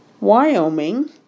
Wyoming